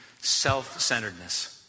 self-centeredness